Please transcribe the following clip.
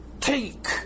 take